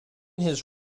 his